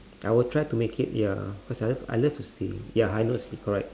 I would try to make it ya cause I love I loved to sing ya high notes is correct